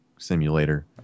simulator